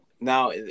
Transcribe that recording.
now